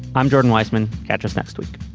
i'm jordan weisman. catch us next week